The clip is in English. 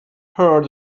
heard